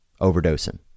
Overdosing